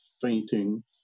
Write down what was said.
fainting